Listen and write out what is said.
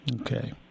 Okay